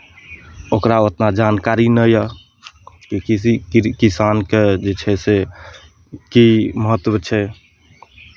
ओकरा ओतना जानकारी नहि यए कि किसी कृषि कि किसानके जे छै से की महत्व छै